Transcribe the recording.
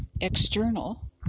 external